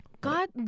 God